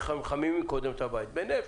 היו מחממים את הבית בנפט.